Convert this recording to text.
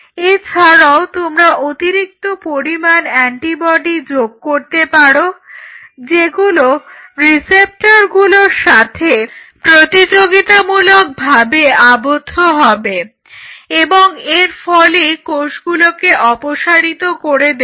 এছাড়াও তোমরা অতিরিক্ত পরিমাণ অ্যান্টিবডি যোগ করতে পারো যেগুলো রিসেপ্টরগুলোর সাথে প্রতিযোগিতামূলকভাবে আবদ্ধ হবে এবং এরফলে কোষগুলোকে অপসারিত করে দেবে